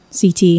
CT